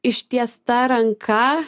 ištiesta ranka